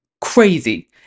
Crazy